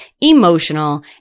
emotional